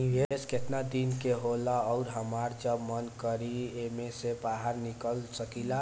निवेस केतना दिन के होला अउर हमार जब मन करि एमे से बहार निकल सकिला?